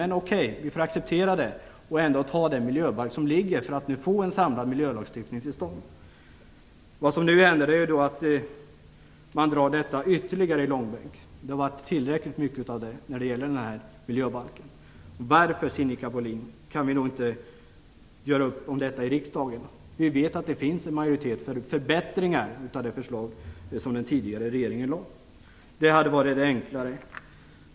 Men vi fick acceptera det och ändå ta den miljöbalk som ligger för att få en samlad miljölagstiftning till stånd. Nu kommer ni att dra detta ytterligare i långbänk. Det har varit tillräckligt mycket av det när det gäller den här miljöbalken. Varför, Sinikka Bohlin, kan vi inte göra upp om detta i riksdagen? Vi vet att det finns en majoritet för förbättringar av det förslag som den tidigare regeringen lade fram. Det hade varit enklare.